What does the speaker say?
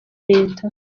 leta